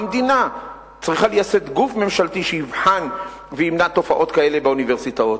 המדינה צריכה לייסד גוף ממשלתי שיבחן וימנע תופעות כאלה באוניברסיטאות.